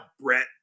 Brett